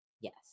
Yes